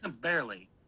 Barely